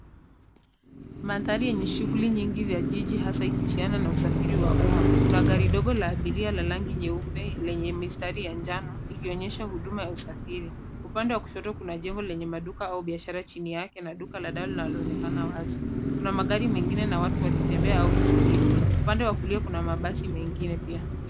Mandhari yenye shughuli nyingi za jiji hasa kuhusiana na usafiri wa uma kuna gari dogo la abiria lenye rangi nyeupe lenye mistari ya njano ikionyesha huduma ya usafiri. Upande a kushoto kuna duka la chini yake na duka la dawa linaloonekana wazi. Magari mengine inaonekana watu wakiwa wanatembea au wanasubiri. Upande wa kulia kuna mabasi mengine pia.